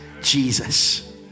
Jesus